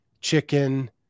chicken